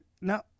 No